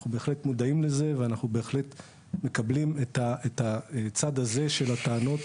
אנחנו בהחלט מודעים לזה ואנחנו בהחלט מקבלים את הצד הזה של הטענות,